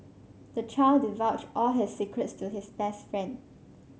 the child divulged all his secrets to his best friend